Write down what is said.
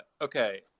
Okay